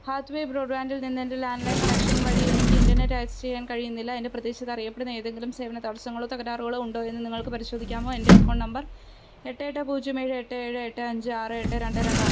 ഹാത്വേ ബ്രോഡ്ബാൻഡിൽ നിന്ന് എൻ്റെ ലാൻഡ് ലൈൻ കണക്ഷൻ വഴി എനിക്ക് ഇൻ്റർനെറ്റ് ആക്സസ് ചെയ്യാൻ കഴിയുന്നില്ല എൻ്റെ പ്രദേശത്ത് അറിയപ്പെടുന്ന ഏതെങ്കിലും സേവന തടസ്സങ്ങളോ തകരാറുകളോ ഉണ്ടോ എന്ന് നിങ്ങൾക്ക് പരിശോധിക്കാമോ എൻ്റെ അക്കൗണ്ട് നമ്പർ എട്ട് എട്ട് പൂജ്യം ഏഴ് എട്ട് ഏഴ് എട്ട് അഞ്ച് ആറ് എട്ട് രണ്ട് രണ്ടാണ്